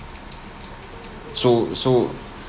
so so